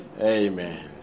amen